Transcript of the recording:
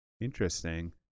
interesting